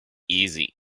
easy